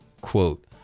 Quote